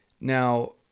Now